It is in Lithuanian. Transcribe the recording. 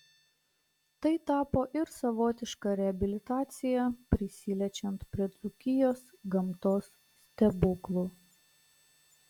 tai tapo ir savotiška reabilitacija prisiliečiant prie dzūkijos gamtos stebuklų